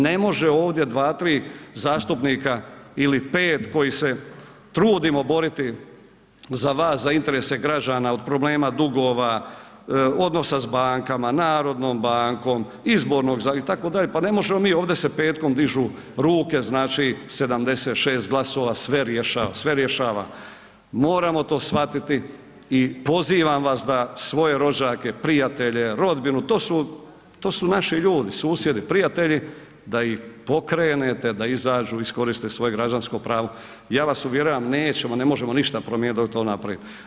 Ne može ovdje 2, 3 zastupnika ili 5 koji se trudimo boriti za vas, za interese građana od problema dugova, odnosa sa bankama, Narodnom bankom, Izbornog zakona itd., pa ne možemo mi, ovdje se petkom dižu ruke, znači 76 glasova sve rješava, sve rješava, moramo to shvatiti i pozivam vas da svoje rođake, prijatelje, rodbinu, to su naši ljudi, susjedi, prijatelji, da ih pokrenete da izađu, iskoriste svoje građansko pravo, ja vas uvjeravam, ne možemo ništa promijeniti dok to ne napravimo.